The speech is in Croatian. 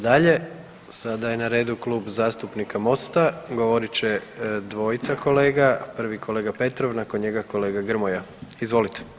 Idemo dalje, sada je na redu Klub zastupnika Mosta, govorit će dvojica kolega, prvi kolega Petrov, nakon njega kolega Grmoja, izvolite.